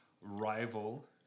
Rival